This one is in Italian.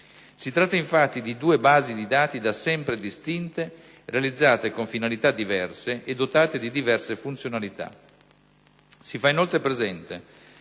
Si tratta, infatti, di due basi di dati da sempre distinte, realizzate con finalità diverse e dotate di diverse funzionalità. Si fa inoltre presente